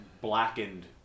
Blackened